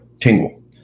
tingle